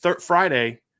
Friday